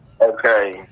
okay